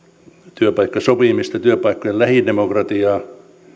työpaikkasopimista työpaikkojen lähidemokratiaa